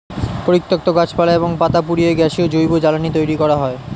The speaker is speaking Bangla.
পরিত্যক্ত গাছপালা এবং পাতা পুড়িয়ে গ্যাসীয় জৈব জ্বালানি তৈরি করা হয়